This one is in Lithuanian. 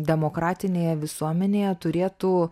demokratinėje visuomenėje turėtų